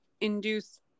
induce